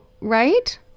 right